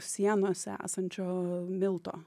sienose esančio milto